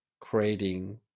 creating